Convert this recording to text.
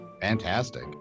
Fantastic